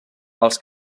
els